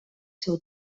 seu